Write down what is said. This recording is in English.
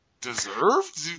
deserved